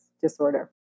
disorder